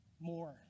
more